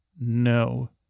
No